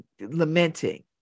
lamenting